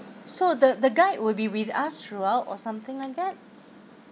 so the the guide will be with us throughout or something like that